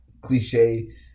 cliche